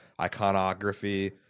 iconography